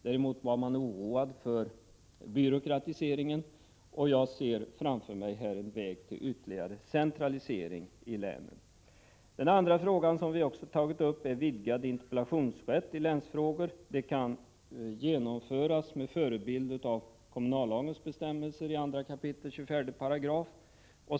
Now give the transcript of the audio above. Däremot var man oroad för byråkratiseringen, och jag ser framför mig en väg till ytterligare centralisering i länet. Den andra frågan som vi tagit upp gäller vidgad interpellationsrätt i länsfrågor. Förslaget kan genomföras med förebild av kommunallagens bestämmelser i 2 kap. 24 §.